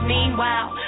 Meanwhile